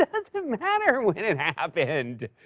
it doesn't matter when it happened!